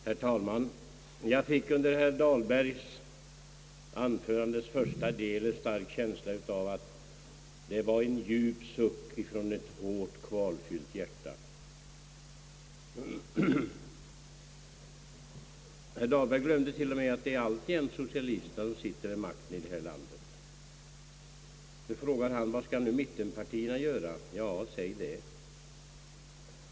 Herr talman! Jag fick under första delen av herr Dahlbergs anförande en stark känsla av att det var en djup suck från ett kvalfyllt bröst. Herr Dahlberg glömde t.o.m. att socialisterna alltjämt sitter vid makten i det här landet. Nu frågar herr Dahlberg: Vad skall mittenpartierna göra? Ja, säg det!